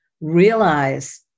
realize